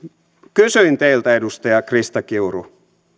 kysyin teiltä edustaja krista kiuru